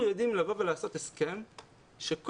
אנחנו יודעים לבוא ולעשות הסכם שכל